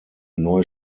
neu